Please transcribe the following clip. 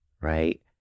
right